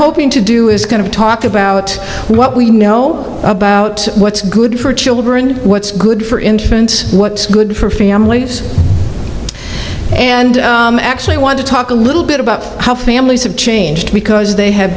hoping to do is going to talk about what we know about what's good for children what's good for infants what's good for family and i actually want to talk a little bit about how families have changed because they have